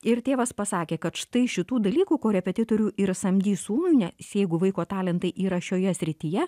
ir tėvas pasakė kad štai šitų dalykų korepetitorių ir samdys sūnui nes jeigu vaiko talentai yra šioje srityje